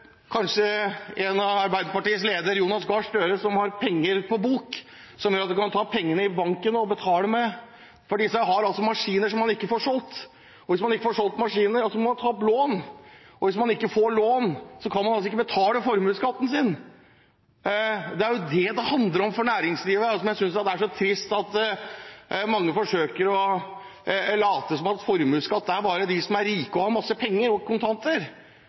kanskje er for Arbeiderpartiets leder, Jonas Gahr Støre, som har penger på bok, som gjør at han kan ta av pengene i banken og betale. Disse har altså maskiner som de ikke får solgt, og får man ikke solgt maskiner, må man ta opp lån. Og får man ikke lån, kan man ikke betale formuesskatten sin. Det er jo det det handler om for næringslivet. Jeg synes det er trist at mange forsøker å late som at formuesskatt bare rammer dem som er rike og har masse penger og kontanter.